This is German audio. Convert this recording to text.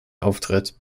auftritt